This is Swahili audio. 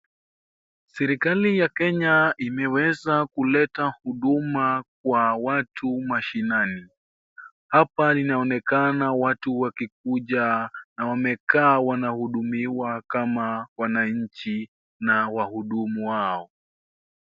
Serikali ya Kenya imeweza kuleta huduma kwa watu mashinani. Hapa inaonekana watu wakikuja na wamekaa wanahudumiwa kama wananchi na wahudumu wao.